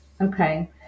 Okay